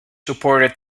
supported